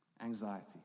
Anxiety